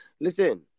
Listen